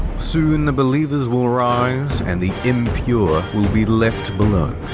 soon, the believers will rise, and the impure will be left below.